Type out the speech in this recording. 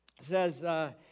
says